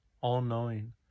all-knowing